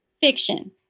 Fiction